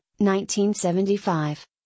1975